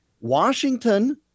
Washington